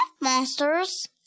monsters